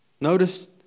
Notice